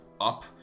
up